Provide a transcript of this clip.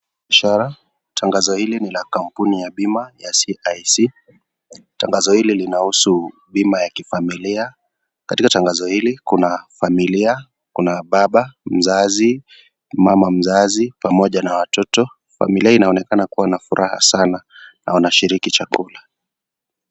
Tangazo hili ni ya kampuni ya bima ya CIC. Tangazo hili linahusu bima ya kifamilia. Katika tangazo hili kuna familia, kuna baba mzazi, mama mzazi pamoja na watoto. Familia inaonekana kuwa na furaha sana na wanashiriki chakula.